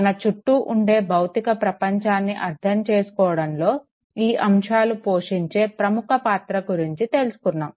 మన చుట్టూ ఉండే భౌతిక ప్రపంచాన్ని అర్ధం చేసుకోవడంలో ఈ అంశాలు పోషించే ప్రముఖ పాత్ర గురించి తెలుసుకున్నాము